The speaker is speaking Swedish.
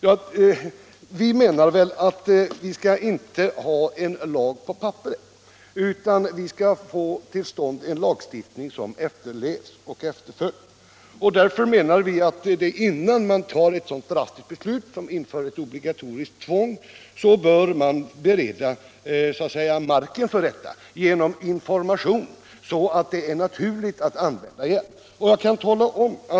framhåller fru Ekelund. Vi vill emellertid inte ha en lag på papperet utan vill ha till stånd en lagstiftning som efterlevs. Därför anser vi att innan man fattar ett så drastiskt beslut som att införa obligatorisk användning, bör man bereda marken genom information, så att det är naturligt att använda hjälm.